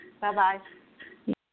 Bye-bye